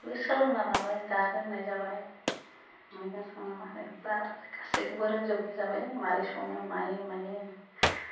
बेखौबो सोलोंना लाबाय दा रोंनाय जाबाय मैगं संनाय मानायफ्रा गासैखौबो रोंजोबनाय जाबाय माबोरै सङो मारै मायो